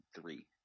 three